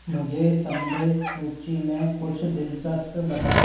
मुझे संदेश सूची में कुछ दिलचस्प बताओ